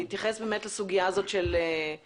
אם אתה רוצה להתייחס לסוגיה הזאת של מגידו.